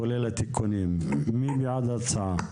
כולל התיקונים מי בעד ההצעה?